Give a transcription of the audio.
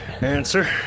answer